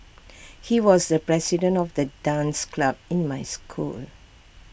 he was the president of the dance club in my school